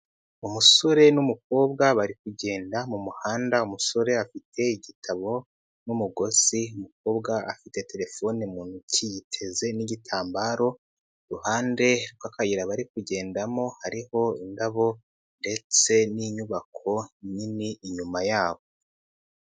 Umusore n'umukobwa bari kugenda mu muhanda, umusore afite igitabo n'umugozi, umukobwa afite telefone mu ntoki yiteze n'igitambaro, iruhande rw'akayira bari kugendamo hariho indabo ndetse n'inyubako nini inyuma yabo.